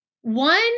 one